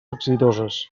exitoses